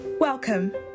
Welcome